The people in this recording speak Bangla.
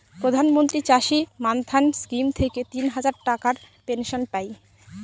প্রধান মন্ত্রী চাষী মান্ধান স্কিম থেকে তিন হাজার টাকার পেনশন পাই